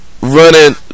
running